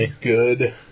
good